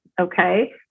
okay